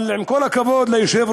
אבל עם כל הכבוד ליושב-ראש,